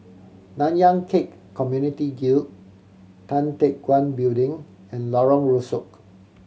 Nanyang Khek Community Guild Tan Teck Guan Building and Lorong Rusuk